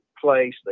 place